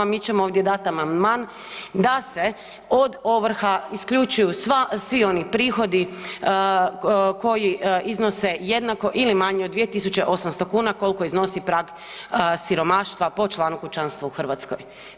Mi ćemo ovdje dati amandman da se od ovrha isključuju svi oni prihodi koji iznose jednako ili manje od 2.800 kuna koliko iznosi prag siromaštva po članu kućanstva u Hrvatskoj.